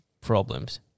problems